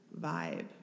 vibe